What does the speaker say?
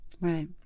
Right